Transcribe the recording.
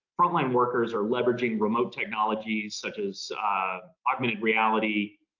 front-line workers are leveraging remote technologies such as augmented reality.